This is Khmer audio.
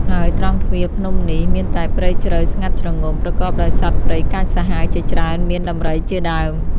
ហើយត្រង់ទ្វារភ្នំនេះ មានតែព្រៃជ្រៅស្ងាត់ជ្រងំ ប្រកបដោយសត្វព្រៃកាចសាហាវជាច្រើនមាន ដំរី ជាដើម ។